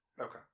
Okay